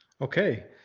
Okay